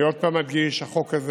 אני עוד פעם מדגיש שהחוק הזה